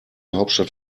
hauptstadt